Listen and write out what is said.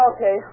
Okay